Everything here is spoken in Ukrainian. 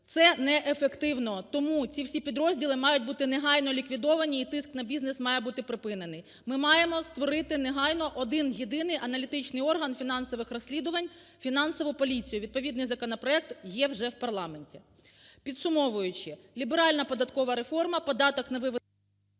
Це неефективно. Тому ці всі підрозділи мають бути негайно ліквідовані і тиск на бізнес має бути припинений. Ми маємо створити негайно один-єдиний аналітичний орган фінансових розслідувань – фінансову поліцію. Відповідний законопроект є вже в парламенті. Підсумовуючи, ліберальна податкова реформа, податок на… ГОЛОВУЮЧИЙ.